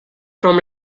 from